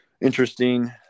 interesting